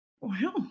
wow